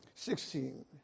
Sixteen